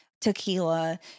tequila